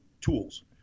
tools